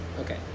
Okay